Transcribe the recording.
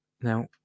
Now